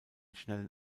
schnellen